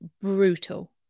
brutal